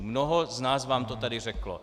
Mnoho z nás vám to tady řeklo.